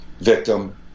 victim